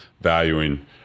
valuing